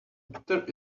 there